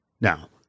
Now